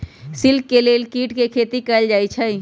silk के लेल कीट के खेती कएल जाई छई